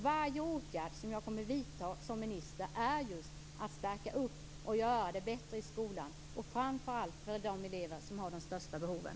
Varje åtgärd som jag kommer att vidta som minister är till för att stärka skolan och göra det bättre i skolan, framför allt för de elever som har de största behoven.